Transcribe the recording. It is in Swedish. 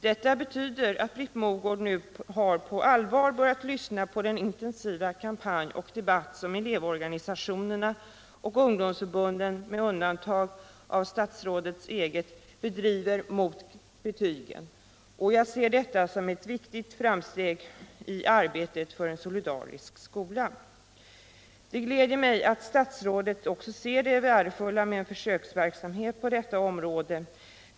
Detta betyder att Britt Mogård nu på allvar har börjat lyssna på den intensiva kampanj och debatt som elevorganisationerna och ungdomsförbunden —- med undantag av statsrådets eget — bedriver mot betygen. Jag ser detta som ett viktigt framsteg i arbetet för en solidarisk skola. Det gläder mig att statsrådet ser det värdefulla i en försöksverksamhet på detta område.